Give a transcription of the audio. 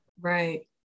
right